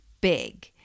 big